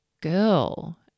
girl